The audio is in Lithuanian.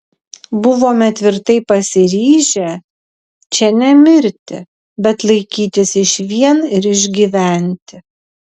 buvome tvirtai pasiryžę čia nemirti bet laikytis išvien ir išgyventi